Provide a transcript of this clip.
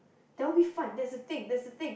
that would be fun that is a thing that is a thing